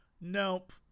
Nope